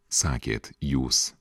sakėt jūs